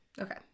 okay